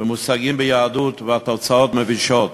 במושגים ביהדות, והתוצאות מבישות: